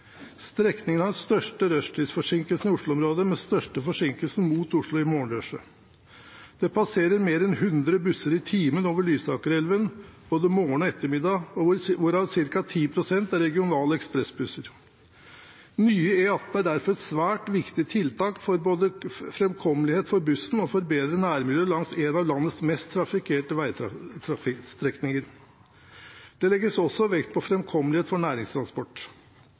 største rushtidsforsinkelsen i Oslo-området, med den største forsinkelsen mot Oslo i morgenrushet. Det passerer mer enn 100 busser i timen over Lysakerelven både morgen og ettermiddag, hvorav ca. 10 pst. er regionale ekspressbusser. Nye E18 er derfor et svært viktig tiltak både for framkommelighet for bussen og for et bedre nærmiljø langs en av landets mest trafikkerte veistrekninger. Det legges også vekt på framkommelighet for næringstransport.